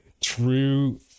true